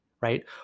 right